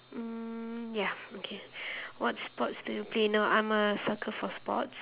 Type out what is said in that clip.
mm ya okay what sports do you play now I'm a sucker for sports